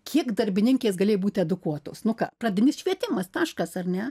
kiek darbininkės galėj būti edukuotos nu ką pradinis švietimas taškas ar ne